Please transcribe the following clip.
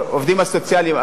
העובדים הסוציאליים,